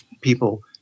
people